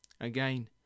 Again